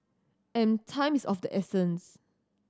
and time is of the essence